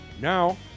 Now